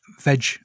veg